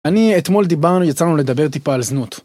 אני, אתמול דיברנו, יצא לנו לדבר טיפה על זנות